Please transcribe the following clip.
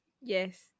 Yes